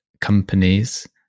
companies